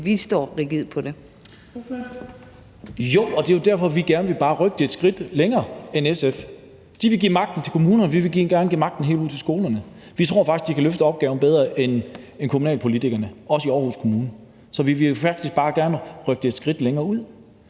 Mathiesen (NB): Jo, og det er jo derfor, vi bare gerne vil rykke det et skridt længere end SF. De vil give magten til kommunerne, vi vil gerne give magten helt ud til skolerne. Vi tror faktisk, at de kan løse opgaven bedre end kommunalpolitikerne, også i Aarhus Kommune. Så vi vil faktisk bare gerne rykke det et skridt længere ud.